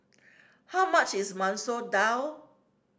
how much is Masoor Dal